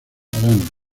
arana